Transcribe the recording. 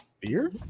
Beer